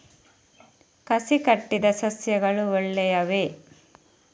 ಕಸಿ ಕಟ್ಟಿದ ಸಸ್ಯಗಳು ಒಳ್ಳೆಯವೇ?